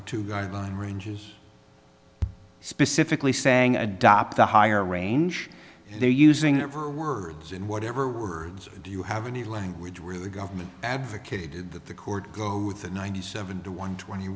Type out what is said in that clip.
the two guideline ranges specifically saying adopt the higher range they're using ever words in whatever words do you have any language where the government advocated that the court go with the ninety seven to one twenty